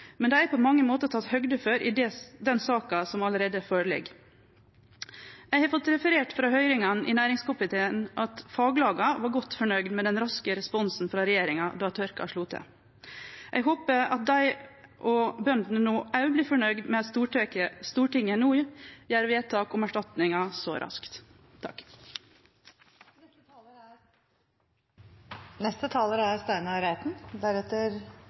men dei er på mange måtar tatt høgde for i den saka som allereie ligg føre. Eg har fått referert frå høyringane i næringskomiteen at faglaga var godt nøgde med den raske responsen frå regjeringa då tørka slo til. Eg håpar dei og bøndene vert nøgde med at Stortinget no gjer vedtak om erstatningar så raskt.